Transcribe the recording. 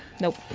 Nope